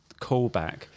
callback